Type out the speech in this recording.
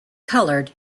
coloured